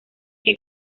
que